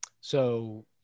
So-